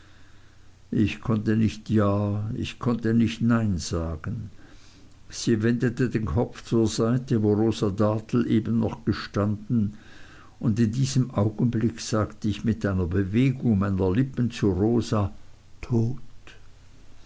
ich konnte nicht ja ich konnte nicht nein sagen sie wendete den kopf zur seite wo rosa dartle noch eben gestanden und in diesem augenblick sagte ich mit einer bewegung meiner lippen zu rosa tot